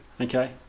Okay